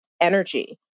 energy